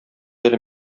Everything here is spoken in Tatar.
әле